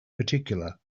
particular